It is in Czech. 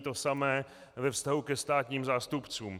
To samé ve vztahu ke státním zástupcům.